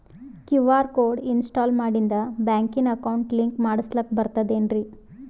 QR code install ಮಾಡಿಂದ ಬ್ಯಾಂಕಿನ account link ಮಾಡಸ್ಲಾಕ ಬರ್ತದೇನ್ರಿ